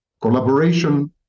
collaboration